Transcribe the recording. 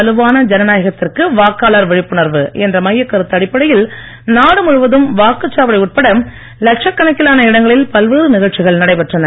வலுவான ஜனநாயகத்திற்கு வாக்காளர் விழிப்புணர்வு என்ற மையக் கருத்து அடிப்படையில் நாடு முழுவதும் வாக்குச் சாவடி உட்பட லட்சக்கணக்கிலான இடங்களில் பல்வேறு நிகழ்ச்சிகள் நடைபெற்றன